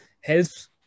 helps